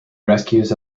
rescues